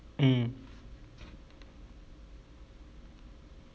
mm